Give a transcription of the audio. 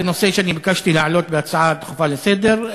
זה נושא שביקשתי להעלות בהצעה דחופה לסדר.